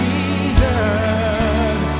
Jesus